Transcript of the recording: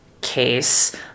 case